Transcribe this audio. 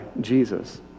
Jesus